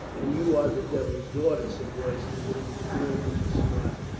and you are the devil's daughter, said roy ston with a grim smile.